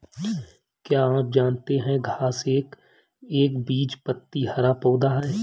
क्या आप जानते है घांस एक एकबीजपत्री हरा पौधा है?